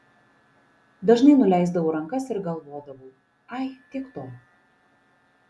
dažnai nuleisdavau rankas ir galvodavau ai tiek to